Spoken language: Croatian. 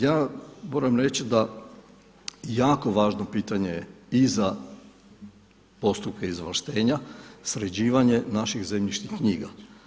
Ja moram reći da jako važno pitanje i za postupke izvlaštenja, sređivanje naših zemljišnih knjiga.